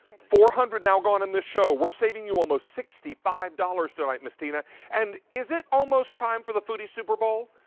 four hundred now gone in this show. we are saving you almost sixty five dollars tonight. but and is it almost time for the foodie super bowl?